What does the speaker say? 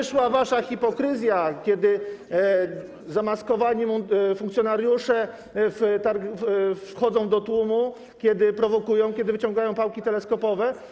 Wyszła wasza hipokryzja, kiedy zamaskowani funkcjonariusze wchodzą do tłumu, kiedy prowokują, kiedy wyciągają pałki teleskopowe.